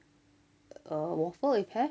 err waffle if have